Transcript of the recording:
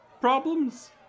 problems